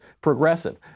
progressive